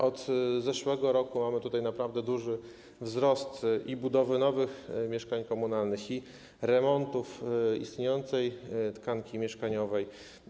Od zeszłego roku mamy tutaj naprawdę duży wzrost i budowy nowych mieszkań komunalnych, i remontów istniejącej tkanki mieszkaniowej.